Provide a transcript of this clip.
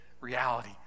reality